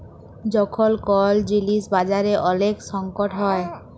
যখল কল জিলিস বাজারে ওলেক সংকট হ্যয়